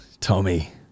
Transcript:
Tommy